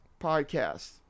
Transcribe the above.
podcast